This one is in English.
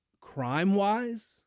Crime-wise